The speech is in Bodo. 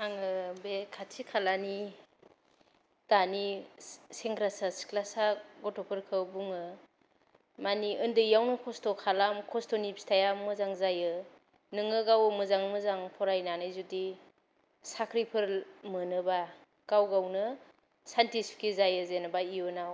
आङो बे खाथि खालानि दानि सेंग्रासा सिख्लासा गथ'फोरखौ बुङो मानि ओन्दैयावनो खस्थ' खालाम खस्थ'नि फिथाइआ मोजां जायो नोङो गाव मोजाङै मोजां फरायनानै जुदि साख्रिफोर मोनोबा गाव गावनो सान्ति सुखि जायो जेनेबा इयुनाव